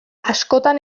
askotan